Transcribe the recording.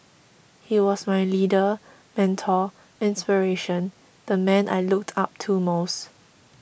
he was my leader mentor inspiration the man I looked up to most